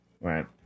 right